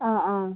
ആ ആ